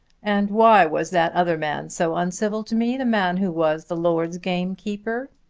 and why was that other man so uncivil to me the man who was the lord's gamekeeper?